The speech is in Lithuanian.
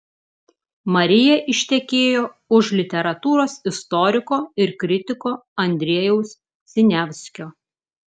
marija ištekėjo už literatūros istoriko ir kritiko andrejaus siniavskio